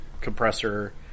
compressor